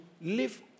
live